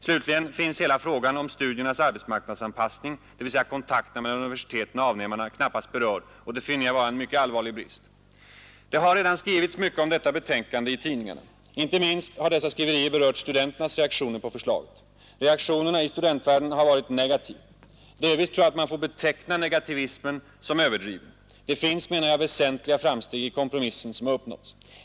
Slutligen är hela frågan om studiernas arbetsmarknadsanpassning, dvs. kontakterna mellan universiteten och avnämarna, knappast berörd, och det finner jag vara en mycket allvarlig brist. Det har redan skrivits mycket om detta betänkande i tidningarna. Inte minst har dessa skriverier berört studenternas reaktioner på förslaget. Reaktionen inom studentvärlden har varit negativ. Delvis tror jag att man får beteckna negativismen som överdriven. Det finns, menar jag, väsentliga framsteg i den kompromiss som har uppnåtts.